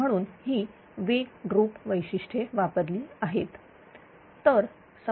म्हणूनच ही वेग ड्रॉप वैशिष्ट्ये वापरली आहेत